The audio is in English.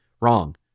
wrong